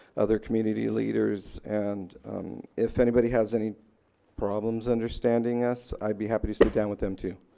other community leaders, and if anybody has any problems understanding us i'd be happy to sit down with them too.